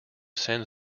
send